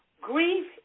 grief